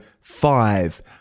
five